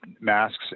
masks